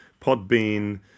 podbean